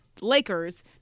Lakers